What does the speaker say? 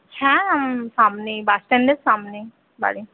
হ্যাঁ সামনেই বাসস্ট্যান্ডের সামনেই বাড়ি আচ্ছা